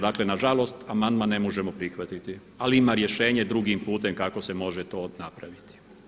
Dakle, na žalost amandman ne možemo prihvatiti ali ima rješenje drugim putem kako se može to napraviti.